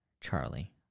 Charlie